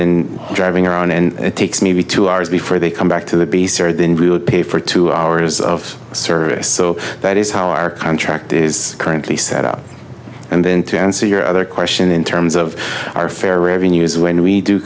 then driving around and takes maybe two hours before they come back to the beasts or then we would pay for two hours of service so that is how our contract is currently set up and then to answer your other question in terms of our fair revenues when we do